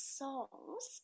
songs